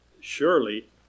Surely